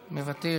מוותר,